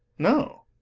no.